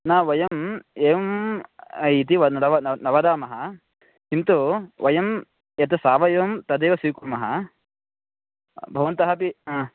न वयम् एवम् इति वद् न न न वदामः किन्तु वयं यत् सावयवं तदेव स्वीकुर्मः भवन्तः अपि हा